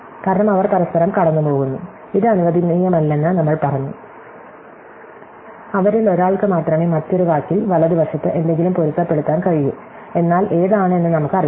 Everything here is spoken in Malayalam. കാരണം അവർ പരസ്പരം കടന്നു പോകുന്നു ഇത് അനുവദനീയമല്ലെന്ന് നമ്മൾ പറഞ്ഞു അവരിൽ ഒരാൾക്ക് മാത്രമേ മറ്റൊരു വാക്കിൽ വലതുവശത്ത് എന്തെങ്കിലും പൊരുത്തപ്പെടുത്താൻ കഴിയൂ എന്നാൽ ഏതാണ് എന്ന് നമുക്ക് അറിയില്ല